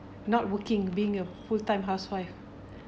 not working being a full time housewife